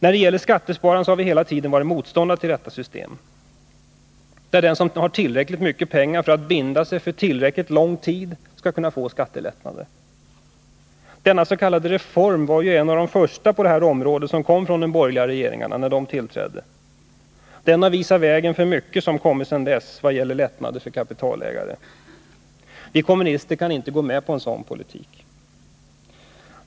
När det gäller skattesparandet har vi hela tiden varit motståndare till detta system, där den som har tillräckligt mycket pengar att binda för tillräckligt 57 lång tid skall kunna få skattelättnader. reform var en av de första på det här området som kom från de borgerliga regeringarna när de tillträdde. Den har visat vägen för mycket som kommit sedan dess vad gäller lättnader för kapitalägare. Vi kommunister kan inte gå med på en sådan politik.